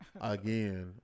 again